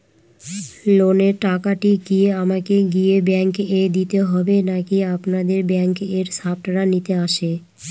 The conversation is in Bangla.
লোনের টাকাটি কি আমাকে গিয়ে ব্যাংক এ দিতে হবে নাকি আপনাদের ব্যাংক এর স্টাফরা নিতে আসে?